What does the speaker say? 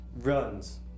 runs